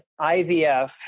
IVF